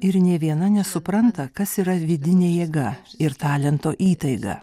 ir nė viena nesupranta kas yra vidinė jėga ir talento įtaiga